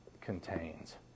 contains